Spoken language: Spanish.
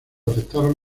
aceptaron